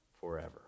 forever